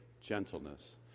gentleness